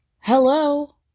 hello